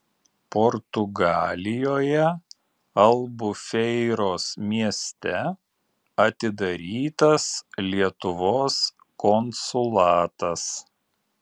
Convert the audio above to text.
portugalijoje albufeiros mieste atidarytas lietuvos konsulatas